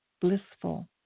blissful